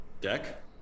deck